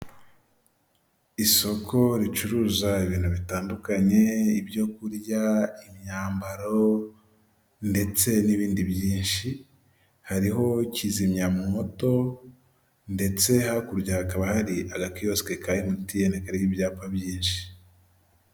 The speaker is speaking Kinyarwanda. Isoko ricuruza ibintu bitandukanye, ibyo kurya, imyambaro ndetse n'ibindi byinshi. Hariho kizimyamwoto ndetse hakurya hakaba hari agakiyosike ka MTN kariho ibyapa byinshi.